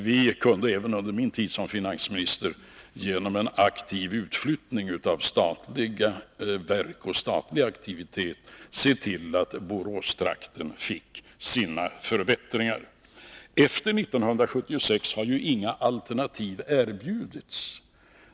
Vi kunde även under min tid som finansminister genom en aktiv utflyttning av statliga verk och statlig aktivitet se till att Boråstrakten fick sina förbättringar. Efter 1976 har ju inga alternativ erbjudits.